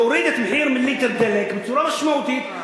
להוריד את מחיר ליטר דלק בצורה משמעותית.